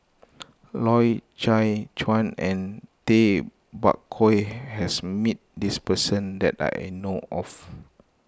Loy Chye Chuan and Tay Bak Koi has met this person that I know of